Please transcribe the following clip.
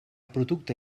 producte